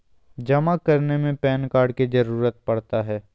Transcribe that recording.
जमा करने में पैन कार्ड की जरूरत पड़ता है?